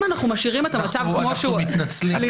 אם אנחנו משאירים את המצב כמו שהוא -- אנחנו מתנצלים בפני בני גורן.